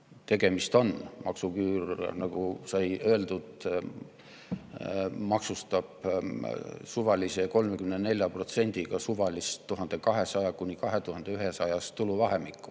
tegemist on. Maksuküür, nagu sai öeldud, maksustab suvalise 34%‑ga suvalist 1200–2100-eurost tuluvahemikku.